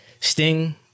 Sting